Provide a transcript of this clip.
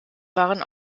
waren